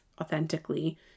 authentically